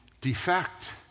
defect